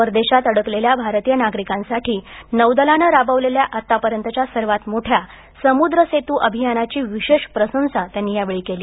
परदेशांत अडकलेल्या भारतीय नागरिकांसाठी नौदलानं राबवलेल्या आतापर्यंतच्या सर्वात मोठ्या समुद्र सेतू अभियानाची विशेष प्रशंसा त्यांनी केली